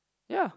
ya